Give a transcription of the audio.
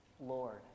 Lord